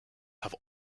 have